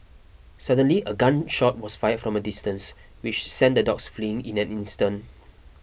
suddenly a gun shot was fired from a distance which sent the dogs fleeing in an instant